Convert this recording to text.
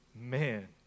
Man